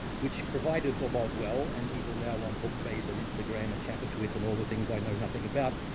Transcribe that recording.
which provided for boswell, and people now on bookface, and instagram, and chattertwit, and all the things i know nothing about,